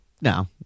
No